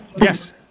Yes